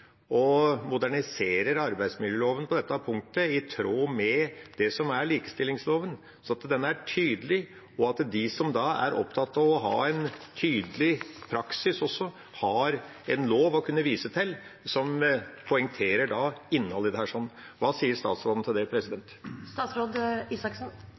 og vil modernisere arbeidsmiljøloven på dette punktet, i tråd med det som står i likestillings- og diskrimineringsloven, slik at den er tydelig, og at de som er opptatt av å ha en tydelig praksis, har en lov å kunne vise til som poengterer innholdet i dette. Hva sier statsråden til det?